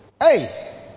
Hey